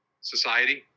society